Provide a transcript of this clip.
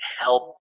help